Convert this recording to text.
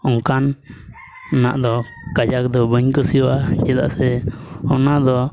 ᱚᱱᱠᱟᱱᱟᱜ ᱫᱚ ᱠᱟᱡᱟᱠ ᱫᱚ ᱵᱟᱹᱧ ᱠᱩᱥᱤᱭᱟᱜᱼᱟ ᱪᱮᱫᱟᱜ ᱥᱮ ᱚᱱᱟ ᱫᱚ